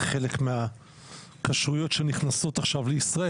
זה חלק מהכשרויות שנכנסות עכשיו לישראל?